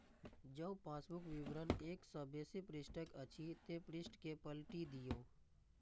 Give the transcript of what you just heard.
जौं पासबुक विवरण एक सं बेसी पृष्ठक अछि, ते पृष्ठ कें पलटि दियौ